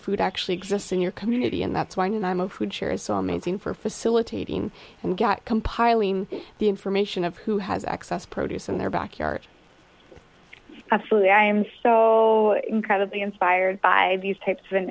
food actually exists in your community and that's why and i'm sure it's so amazing for facilitating compiling the information of who has access produce in their backyard absolutely i am so incredibly inspired by these types of